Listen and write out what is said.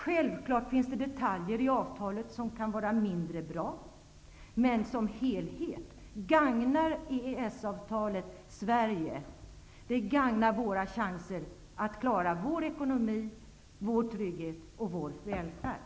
Självfallet finns det detaljer i avtalet som kan vara mindre bra. Men som helhet gagnar EES-avtalet Sverige. Det gagnar våra chanser att klara vår ekonomi, vår trygghet och vår välfärd.